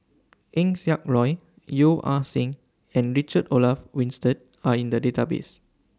Eng Siak Loy Yeo Ah Seng and Richard Olaf Winstedt Are in The Database